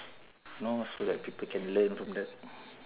know after that people can learn from that